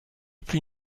plus